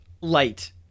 light